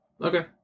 okay